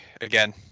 again